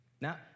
Now